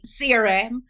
CRM